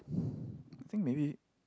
I think maybe